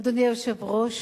אדוני היושב-ראש,